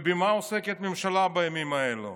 ובמה עוסקת הממשלה בימים האלה,